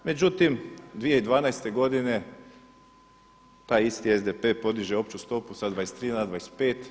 Međutim, 2012. godine taj isti SDP-e podiže opću stopu sa 23 na 25.